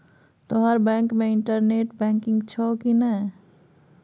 तोहर बैंक मे internet banking छौ कि नै